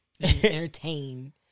Entertain